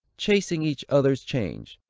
chasing each other's change.